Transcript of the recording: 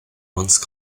once